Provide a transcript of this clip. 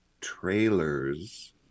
Trailers